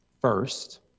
first